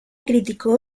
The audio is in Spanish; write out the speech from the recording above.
criticó